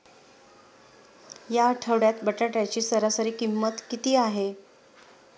या आठवड्यात बटाट्याची सरासरी किंमत किती आहे?